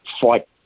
fight